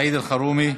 סעיד אלחרומי,